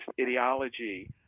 ideology